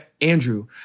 Andrew